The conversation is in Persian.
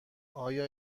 آیا